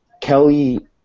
Kelly